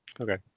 Okay